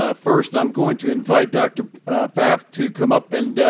ah first, i'm going to invite doctor pfaff to come up and